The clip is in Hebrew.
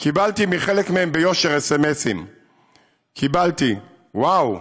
קיבלתי מחלק מהם ביושר סמ"סים, קיבלתי: וואו,